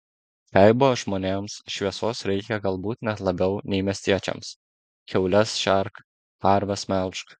kaimo žmonėms šviesos reikia galbūt net labiau nei miestiečiams kiaules šerk karves melžk